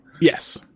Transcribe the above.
Yes